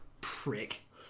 prick